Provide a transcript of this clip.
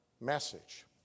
message